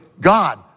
God